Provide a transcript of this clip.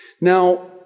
Now